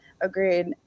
Agreed